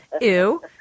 Ew